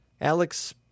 Alex